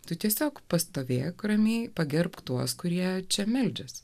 tu tiesiog pastovėk ramiai pagerbk tuos kurie čia meldžiasi